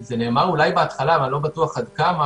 זה אולי נאמר בהתחלה, אבל אני לא בטוח עד כמה